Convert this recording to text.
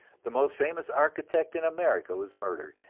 the most famous architect in america was murdered,